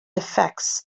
affects